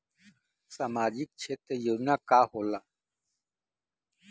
सामाजिक क्षेत्र योजना का होला?